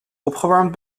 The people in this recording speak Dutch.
opgewarmd